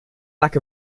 lack